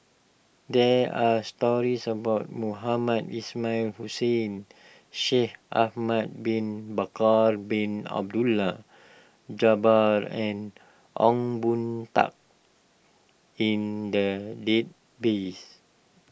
there are stories about Mohamed Ismail Hussain Shaikh Ahmad Bin Bakar Bin Abdullah Jabbar and Ong Boon Tat in the database